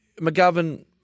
McGovern